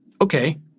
okay